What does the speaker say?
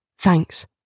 Thanks